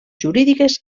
jurídiques